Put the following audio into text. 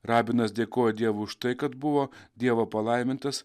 rabinas dėkojo dievui už tai kad buvo dievo palaimintas